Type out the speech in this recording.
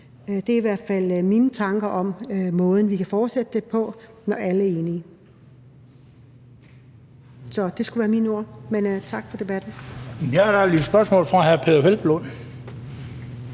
Det er i hvert fald mine tanker om måden, vi kan fortsætte det på, når alle er enige. Så det skulle være mine ord, og tak for debatten. Kl. 17:01 Den fg. formand (Bent